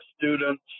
students